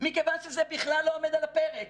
מכיוון שזה בכלל לא עומד על הפרק,